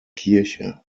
kirche